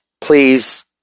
Please